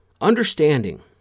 understanding